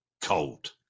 cold